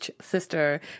sister